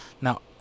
Now